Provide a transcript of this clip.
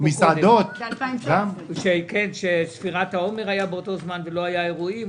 שבאותו זמן הייתה ספירת העומר ולא היו אירועים,